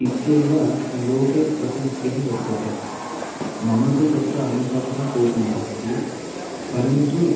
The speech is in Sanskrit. इत्येव लोके प्रसिद्धिः वर्तते मम तु तत्र अनुभवः कोऽपि नास्ति परन्तु